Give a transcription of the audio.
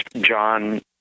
John